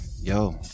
yo